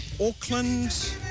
Auckland